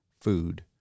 food